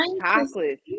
chocolate